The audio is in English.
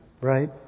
right